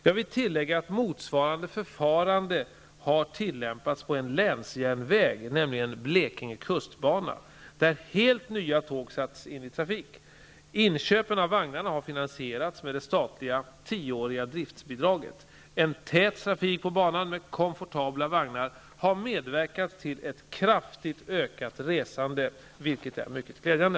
Jag vill tillägga att motsvarande förfarande har tillämpats på en länsjärnväg, nämligen Blekinge kustbana, där helt nya tåg satts in i trafik. Inköpen av vagnarna har finansierats med det statliga tioåriga driftsbidraget. En tät trafik på banan med komfortabla vagnar har medverkat till ett kraftigt ökat resande, vilket är mycket glädjande.